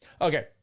Okay